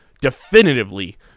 definitively